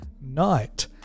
Night